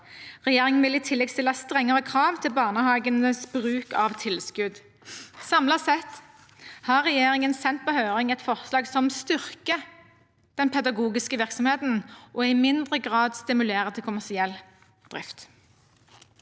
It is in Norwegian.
Regjeringen vil i tillegg stille strengere krav til barnehagenes bruk av tilskudd. Samlet sett har regjeringen sendt på høring et forslag som styrker den pedagogiske virksomheten, og i mindre grad stimulerer til kommersiell drift.